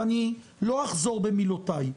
ואני לא אחזור במילותיי,